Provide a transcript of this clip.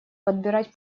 подбирать